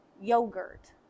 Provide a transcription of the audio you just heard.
yogurt